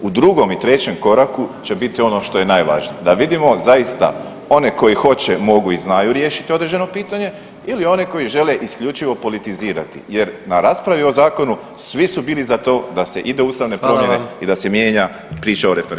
U drugom i trećem koraku će biti ono što je najvažnije, da vidimo zaista one koji hoće, mogu i znaju riješiti određeno pitanje ili one koji žele isključivo politizirati jer na raspravi o zakonu svi su bili za to da se ide u ustavne promjene [[Upadica: Hvala vam.]] i da se mijenja priča o referendumu.